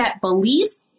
beliefs